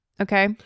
Okay